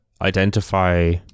identify